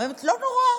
האמת, לא נורא.